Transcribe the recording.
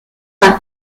par